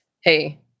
Hey